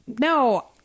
no